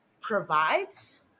provides